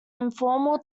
informal